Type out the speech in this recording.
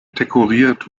dekoriert